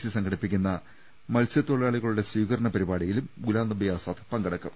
C സംഘടിപ്പിക്കുന്ന മത്സൃത്തൊഴിലാളികളുടെ സ്വീകരണ പരി പാടിയിലും ഗുലാംനബി ആസാദ് പങ്കെടുക്കും